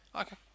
Okay